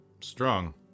strong